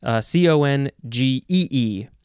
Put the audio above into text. C-O-N-G-E-E